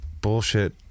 bullshit